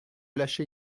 lâcher